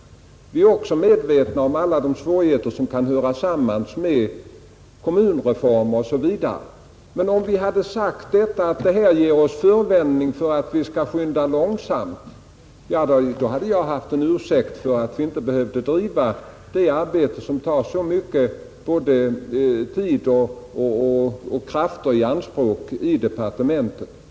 Vi är också medvetna om alla de svårigheter som hör samman med kommunreformen osv., men om vi hade sagt att detta ger oss förevändning att skynda långsamt, då hade jag haft en ursäkt för att inte driva detta arbete, som tar så mycket av både tid och krafter i anspråk i departementet.